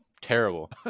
terrible